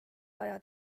aja